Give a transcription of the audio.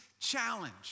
challenge